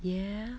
ya